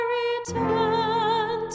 return